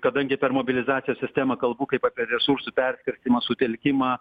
kadangi per mobilizacijos sistemą kalbu kaip apie resursų perskirstymą sutelkimą